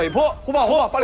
um ha ha ha but